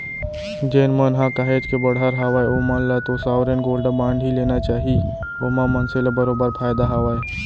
जेन मन ह काहेच के बड़हर हावय ओमन ल तो साँवरेन गोल्ड बांड ही लेना चाही ओमा मनसे ल बरोबर फायदा हावय